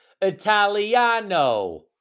Italiano